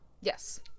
Yes